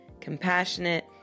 compassionate